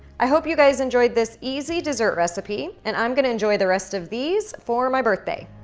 i hope you guys enjoyed this easy dessert recipe, and i'm gonna enjoy the rest of these for my birthday.